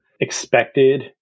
expected